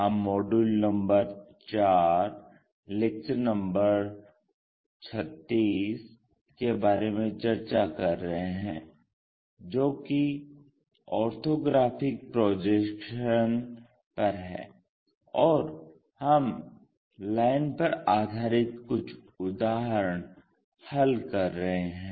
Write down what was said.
हम module number 4 lecture number 36 के बारे में चर्चा कर रहे हैं जो कि ऑर्थोग्राफिक प्रोजेक्शन पर है और हम लाइन पर आधारित कुछ उदाहरण हल कर रहे हैं